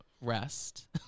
Rest